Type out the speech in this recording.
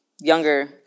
younger